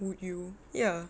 would you ya